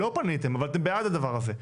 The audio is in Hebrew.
לא פניתם אבל אתם בעד הדבר הזה.